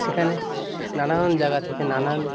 সেখানে নানান জায়গা থেকে নানান